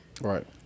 Right